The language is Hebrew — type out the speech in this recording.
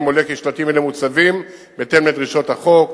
עולה כי השלטים האלה מוצבים בהתאם לדרישות החוק,